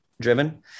driven